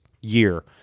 year